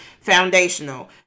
foundational